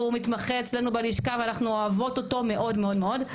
הוא מתמחה אצלנו בלשכה ואנחנו אוהבות אותו מאוד מאוד מאוד,